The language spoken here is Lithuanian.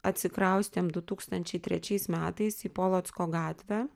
atsikraustėme du tūkstančiai trečiais metais į polocko gatvę